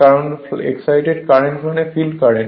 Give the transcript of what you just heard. কারণ excited current মানে field current